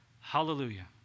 Hallelujah